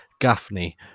Gaffney